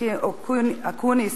אופיר אקוניס,